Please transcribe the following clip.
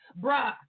Bruh